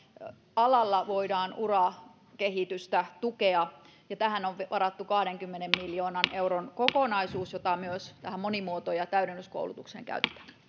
alalla voidaan urakehitystä tukea ja tähän on varattu kahdenkymmenen miljoonan euron kokonaisuus jota myös tähän monimuoto ja täydennyskoulutukseen käytetään